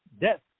death